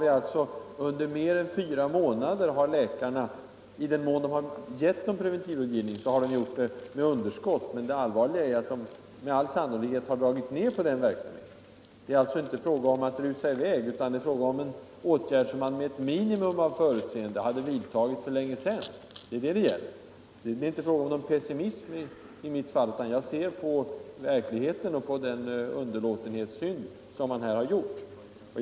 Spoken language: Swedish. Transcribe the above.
I mer än fyra månader har läkarna, i den mån de har gett någon preventivrådgivning, fått underskott på rådgivningen. Men det allvarliga är, att de med all sannolikhet har dragit ned på den verksamheten. Det är alltså inte fråga om att rusa i väg, utan det är fråga om en åtgärd som man med ett minimum av förutseende borde ha vidtagit för länge sedan. Det är inte fråga om någon pessimism i mitt fall, utan jag ser på verkligheten och på den underlåtenhetssynd som man gjort.